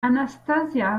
anastasia